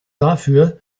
dafür